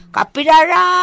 Kapidara